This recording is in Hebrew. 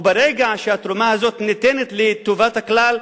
וברגע שהתרומה הזאת ניתנת לטובת הכלל,